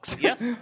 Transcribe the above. yes